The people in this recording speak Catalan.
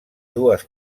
dues